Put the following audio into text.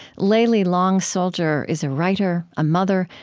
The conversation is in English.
layli long soldier is a writer, a mother,